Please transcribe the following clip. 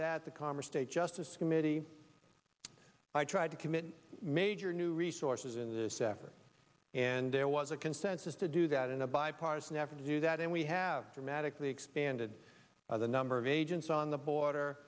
date justice committee i tried to commit major new resources in this effort and there was a consensus do that in a bipartisan effort to do that and we have dramatically expanded the number of agents on the border